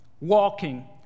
walking